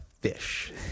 fish